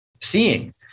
seeing